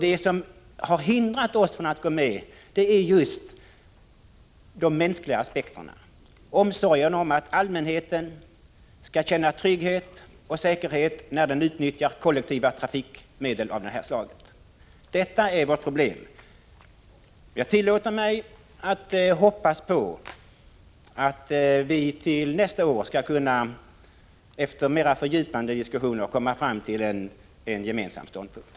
Det som har hindrat oss från att gå med på detta är just de mänskliga aspekterna, omsorgen om att allmänheten skall kunna känna trygghet och säkerhet när den utnyttjar kollektiva trafikmedel av detta slag. Detta är vårt problem. Jag tillåter mig hoppas på att vi till nästa år, efter mera fördjupande diskussioner, skall kunna komma fram till en gemensam ståndpunkt.